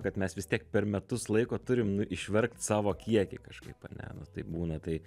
kad mes vis tiek per metus laiko turim nu išverkt savo kiekį kažkaip ar ne nu tai būna tai